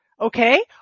Okay